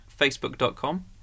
facebook.com